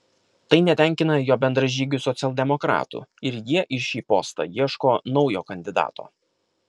tai netenkina jo bendražygių socialdemokratų ir jie į šį postą ieško naujo kandidato